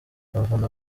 abafana